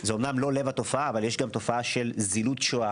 זה אומנם לא לב התופעה אמנם אבל יש תופעה של זילות שואה